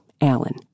Alan